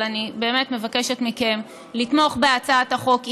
אבל אני באמת מבקשת מכם לתמוך בהצעת החוק.